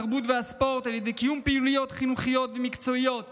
התרבות והספורט על ידי קיום פעילויות חינוכיות ומקצועיות